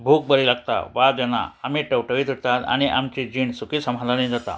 भूक बरी लागता वाज येना आमी टवटवीत उरतात आनी आमची जीण सुखी समाधानी जाता